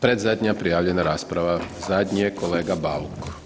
Predzadnja prijavljena rasprava, zadnji je kolega Bauk.